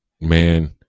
man